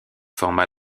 forma